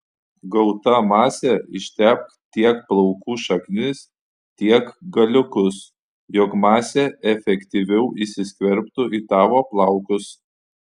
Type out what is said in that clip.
gauta mase ištepk tiek plaukų šaknis tiek galiukus jog masė efektyviau įsiskverbtų į tavo plaukus